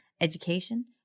education